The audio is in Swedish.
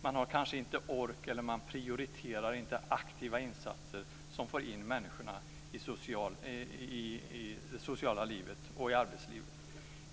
Man har kanske inte ork för, eller prioriterar inte, aktiva insatser som får in människorna i det sociala livet och i arbetslivet.